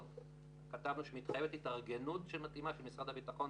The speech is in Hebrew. (שקף 9). כתבנו שמתחייבת התארגנות מתאימה של משרד הביטחון,